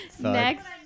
Next